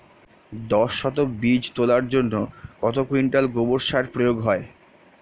দশ শতক বীজ তলার জন্য কত কুইন্টাল গোবর সার প্রয়োগ হয়?